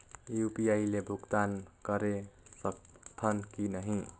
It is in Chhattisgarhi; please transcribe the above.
यू.पी.आई ले भुगतान करे सकथन कि नहीं?